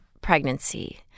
pregnancy